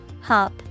Hop